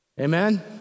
Amen